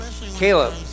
Caleb